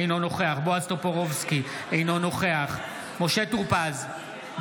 אינו נוכח בועז טופורובסקי,